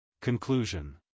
Conclusion